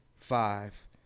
five